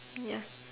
ya